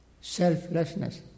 selflessness